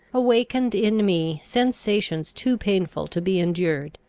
awakened in me sensations too painful to be endured.